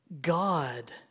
God